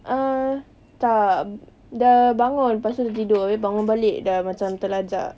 uh tak dah bangun selepas itu tertidur tapi bangun balik dah macam terlajak